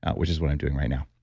ah which is what i'm doing right now.